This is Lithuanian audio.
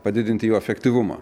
padidinti jo efektyvumą